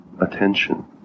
attention